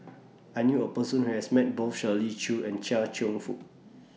I knew A Person Who has Met Both Shirley Chew and Chia Cheong Fook